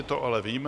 To ale víme.